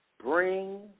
Bring